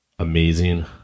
amazing